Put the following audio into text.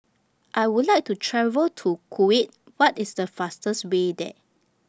I Would like to travel to Kuwait What IS The fastest Way There